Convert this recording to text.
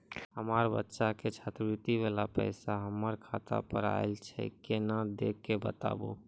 हमार बच्चा के छात्रवृत्ति वाला पैसा हमर खाता पर आयल छै कि नैय देख के बताबू?